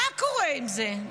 מה קורה עם זה?